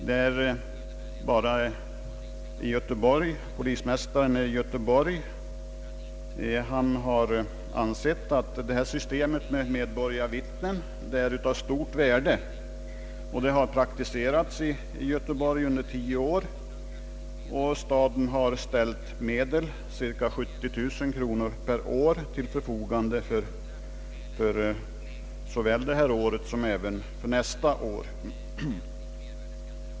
Det är endast polismästaren i Göteborg, som anser att systemet med medborgarvittnen är av stort värde. Systemet har praktiserats i Göteborg under tio år, och staden har ställt medel — cirka 70000 kronor — till förfogande för såväl innevarande år som nästa år.